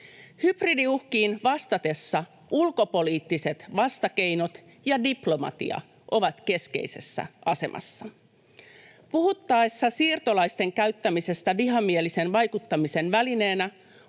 Hybridiuhkiin vastatessa ulkopoliittiset vastakeinot ja diplomatia ovat keskeisessä asemassa. Puhuttaessa siirtolaisten käyttämisestä vihamielisen vaikuttamisen välineenä